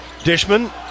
Dishman